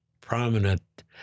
prominent